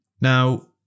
Now